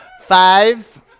Five